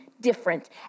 different